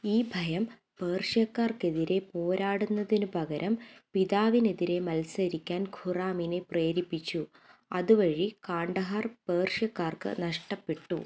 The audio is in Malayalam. ഈ ഭയം പേർഷ്യക്കാർക്കെതിരെ പോരാടുന്നതിന് പകരം പിതാവിനെതിരെ മത്സരിക്കാൻ ഖുറാമിനെ പ്രേരിപ്പിച്ചു അതുവഴി കാണ്ഡഹാർ പേർഷ്യക്കാർക്ക് നഷ്ടപ്പെട്ടു